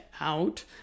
out